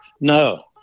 No